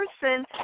person